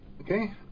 okay